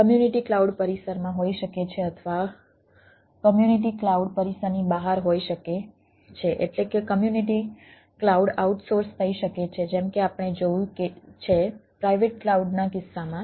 community cloud પરિસરમાં હોઈ શકે છે અથવા કમ્યુનિટી ક્લાઉડ પરિસરની બહાર હોઈ શકે છે એટલે કે કમ્યુનિટી ક્લાઉડ આઉટસોર્સ થઈ શકે છે જેમ કે આપણે જોયું છે પ્રાઇવેટ ક્લાઉડના કિસ્સામાં